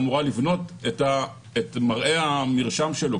היא אמורה לבנות את מראה המרשם שלו,